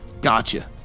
Gotcha